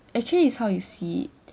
actually it's how you see it